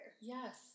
Yes